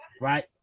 Right